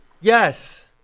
Yes